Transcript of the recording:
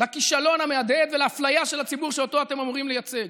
לכישלון המהדהד ולאפליה של הציבור שאותו אתם אמורים לייצג.